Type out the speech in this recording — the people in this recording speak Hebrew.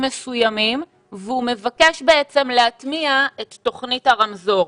מסוימים והוא מבקש להתניע את תוכנית הרמזור.